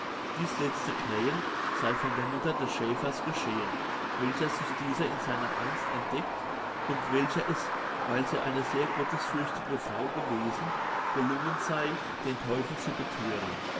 dies letzte krähen sey von der mutter des schäfers geschehen welcher sich dieser in seiner angst entdeckt und welcher es weil sie eine sehr gottesfürchtige frau gewesen gelungen sey den teufel zu bethören